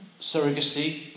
surrogacy